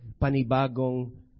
panibagong